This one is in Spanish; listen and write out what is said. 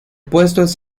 puestos